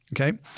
Okay